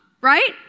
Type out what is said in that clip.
right